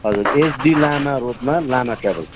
हजुर एचडी लामा रोडमा लामा ट्राभल्स